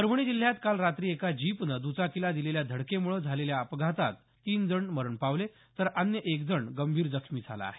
परभणी जिल्ह्यात काल रात्री एका जीपनं दुचाकीला दिलेल्या धडकेमुळे झालेल्या अपघातात तीन जण मरण पावले तर अन्य एक जण गंभीर जखमी झाला आहे